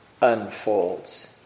unfolds